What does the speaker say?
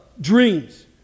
dreams